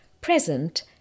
present